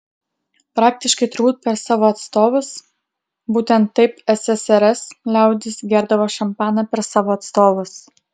praktiškai turbūt per savo atstovus būtent taip ssrs liaudis gerdavo šampaną per savo atstovus